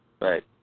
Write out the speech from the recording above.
Right